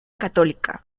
católica